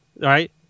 Right